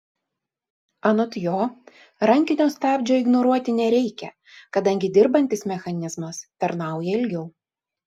anot jo rankinio stabdžio ignoruoti nereikia kadangi dirbantis mechanizmas tarnauja ilgiau